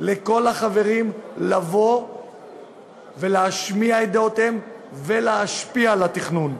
לכל החברים לבוא ולהשמיע את דעותיהם ולהשפיע על התכנון.